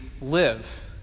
live